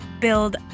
build